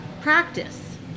practice